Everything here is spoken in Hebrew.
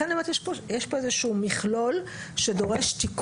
לכן אני אומרת שיש פה איזה מכלול שדורש תיקון.